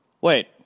Wait